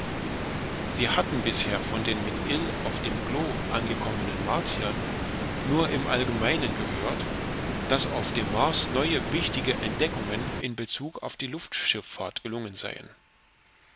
sie hatten bisher von den mit ill auf dem glo angekommenen martiern nur im allgemeinen gehört daß auf dem mars neue wichtige entdeckungen in bezug auf die luftschiffahrt gelungen seien